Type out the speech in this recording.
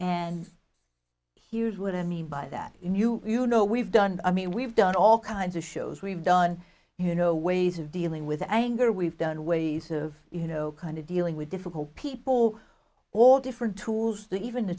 and here's what i mean by that in you you know we've done i mean we've done all kinds of shows we've done you know ways of dealing with anger we've done ways of you know kind of dealing with difficult people or different tools to even the